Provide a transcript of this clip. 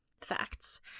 facts